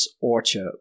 Orchard